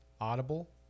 Audible